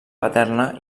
paterna